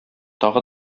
тагы